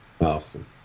Awesome